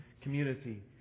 community